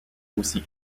aussi